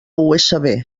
usb